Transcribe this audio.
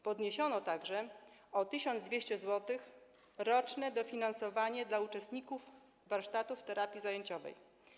Podniesiono także o 1200 zł roczne dofinansowanie dla uczestników warsztatów terapii zajęciowej.